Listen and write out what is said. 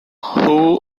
who